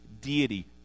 Deity